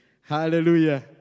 Hallelujah